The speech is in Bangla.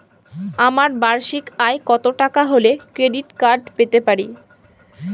আমার বার্ষিক আয় কত টাকা হলে ক্রেডিট কার্ড পেতে পারি?